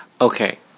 Okay